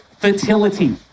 Fertility